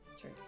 True